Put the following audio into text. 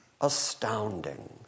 Astounding